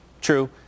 True